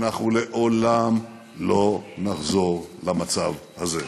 אנחנו לעולם לא נחזור למצב הזה.